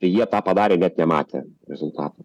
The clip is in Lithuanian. tai jie tą padarė net nematę rezultatų